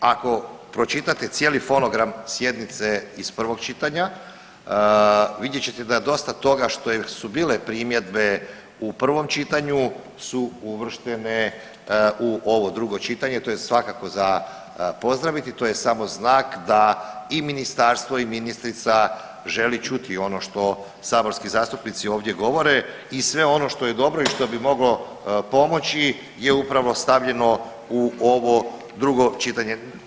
Ako pročitate cijeli fonogram sjednice iz prvog čitanja vidjet ćete da dosta toga što su bile primjedbe u prvom čitanju su uvrštene u ovo drugo čitanje, to je svakako za pozdraviti, to je samo znak da i ministarstvo i ministrica želi čuti ono što saborski zastupnici ovdje govore i sve ono što je dobro i što bi moglo pomoći je upravo stavljeno u ovo drugo čitanje.